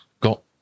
got